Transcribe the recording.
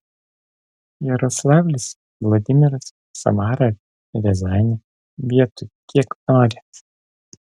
jaroslavlis vladimiras samara riazanė vietų kiek nori